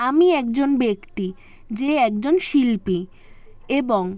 আমি একজন ব্যক্তি যে একজন শিল্পী এবং